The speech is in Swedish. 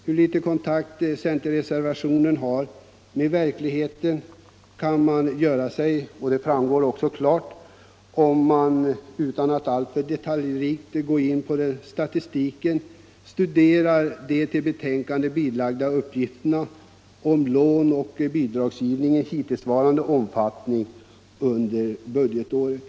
Hur litet kontakt centerreservationen har med verkligheten framgår klart om man — utan att alltför detaljerat gå in på statistiken — studerar de till betänkandet fogade uppgifterna om lånoch bidragsgivningens hittillsvarande omfattning under budgetåret.